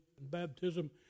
baptism